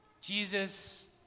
Jesus